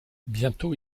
bientôt